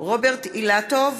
רוברט אילטוב,